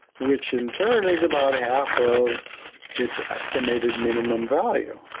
which in turn is about half of its estimated minimum value.